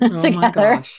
together